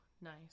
Nice